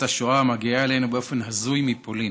השואה המגיעה אלינו באופן הזוי מפולין,